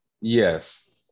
yes